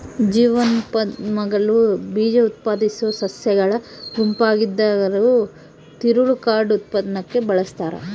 ಜಿಮ್ನೋಸ್ಪರ್ಮ್ಗಳು ಬೀಜಉತ್ಪಾದಿಸೋ ಸಸ್ಯಗಳ ಗುಂಪಾಗಿದ್ದುಕಾಗದದ ತಿರುಳು ಕಾರ್ಡ್ ಉತ್ಪನ್ನಕ್ಕೆ ಬಳಸ್ತಾರ